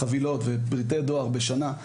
חבילות ופריטי דואר בשנה,